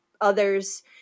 others